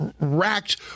racked